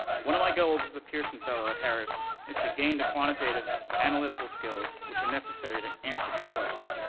one of my goals as a pearson fellow at harris is to gain the quantitative analytical skills, which are necessary to answer these questions,